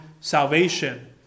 salvation